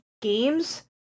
games